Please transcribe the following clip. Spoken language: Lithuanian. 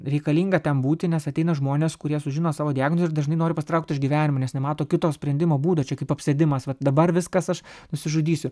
reikalinga ten būti nes ateina žmonės kurie sužino savo diagnozę ir dažnai nori pasitraukt iš gyvenimo nes nemato kito sprendimo būdo čia kaip apsėdimas vat dabar viskas aš nusižudysiu